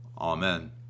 Amen